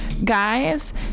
Guys